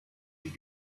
die